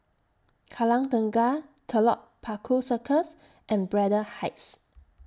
Kallang Tengah Telok Paku Circus and Braddell Heights